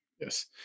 Yes